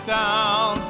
down